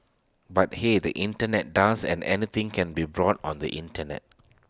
but he is the Internet does and anything can be brought on the Internet